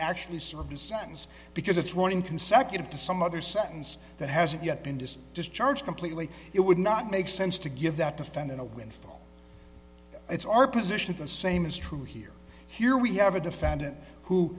actually served his sentence because it's running consecutive to some other sentence that hasn't yet been just discharged completely it would not make sense to give that defendant a windfall it's our position the same is true here here we have a defendant who